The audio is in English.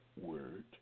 word